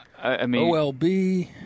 OLB